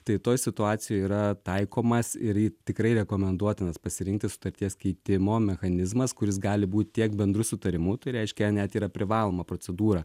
tai toj situacijoj yra taikomas ir tikrai rekomenduotinas pasirinkti sutarties keitimo mechanizmas kuris gali būt tiek bendru sutarimu tai reiškia net yra privaloma procedūra